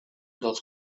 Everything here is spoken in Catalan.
dels